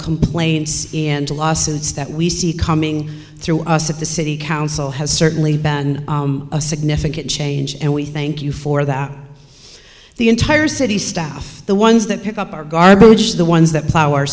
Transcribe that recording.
complaints in the lawsuits that we see coming through us at the city council has certainly been a significant change and we thank you for that the entire city staff the ones that pick up our garbage the ones that plow